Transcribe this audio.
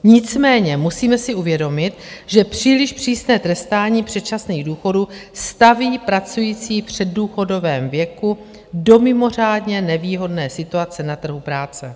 Nicméně musíme si uvědomit, že příliš přísné trestání předčasných důchodů staví pracující v předdůchodovém věku do mimořádně nevýhodné situace na trhu práce.